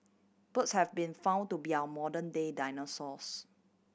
birds have been found to be our modern day dinosaurs